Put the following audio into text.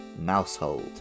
mousehold